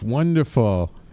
Wonderful